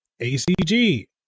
ACG